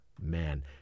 Man